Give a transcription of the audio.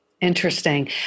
Interesting